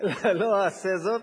לא אעשה זאת,